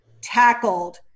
tackled